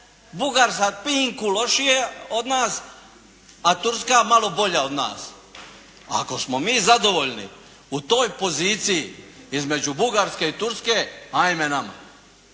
Bugar za pinku lošije od nas, a Turska malo bolja od nas. Ako smo mi zadovoljni u toj poziciji između Bugarske i Turske, ajme nama.